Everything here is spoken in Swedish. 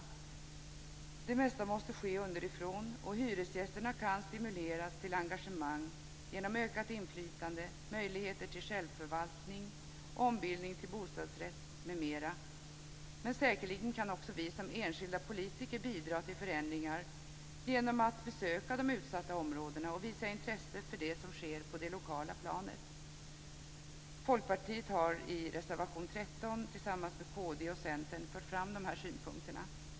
Det mesta måste ske underifrån, och hyresgästerna kan stimuleras till engagemang genom ökat inflytande, möjligheter till självförvaltning, ombildning till bostadsrätt m.m. Säkerligen kan också vi som enskilda politiker bidra till förändringar genom att besöka de utsatta områdena och visa intresse för det som sker på det lokala planet. Folkpartiet har i reservation 14 tillsammans med kd och Centern fört fram de här synpunkterna.